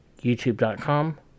youtube.com